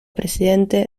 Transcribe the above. presidente